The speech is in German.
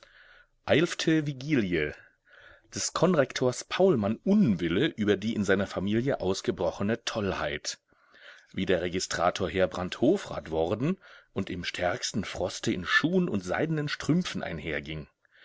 eilfte vigilie des konrektors paulmann unwille über die in seiner familie ausgebrochene tollheit wie der registrator heerbrand hofrat worden und im stärksten froste in schuhen und seidenen strümpfen